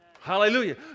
Hallelujah